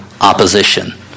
opposition